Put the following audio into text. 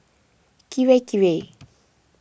Kirei Kirei